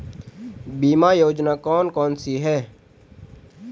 बीमा योजना कौन कौनसी हैं?